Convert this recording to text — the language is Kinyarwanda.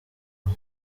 ubu